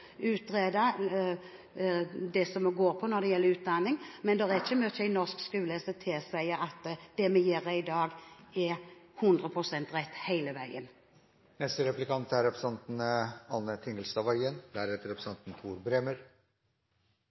det som gjelder utdanning. Men det er ikke mye i norsk skole som tilsier at det er vi gjør i dag, er 100 pst. rett.